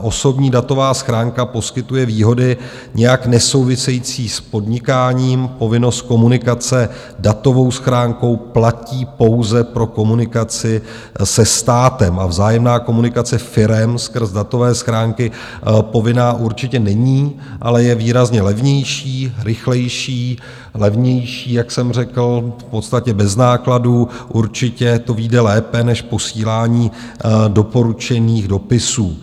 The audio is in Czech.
Osobní datová schránka poskytuje výhody nijak nesouvisející s podnikáním, povinnost komunikace datovou schránkou platí pouze pro komunikaci se státem, a vzájemná komunikace firem skrz datové schránky povinná určitě není, ale je výrazně levnější, rychlejší, levnější, jak jsem řekl, v podstatě bez nákladů určitě to vyjde lépe než posílání doporučených dopisů.